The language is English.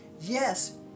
Yes